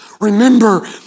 Remember